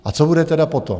A co bude tedy potom?